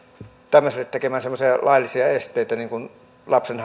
tämmöisille tekemään semmoisia laillisia esteitä niin kuin lapsen